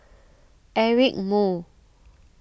Eric Moo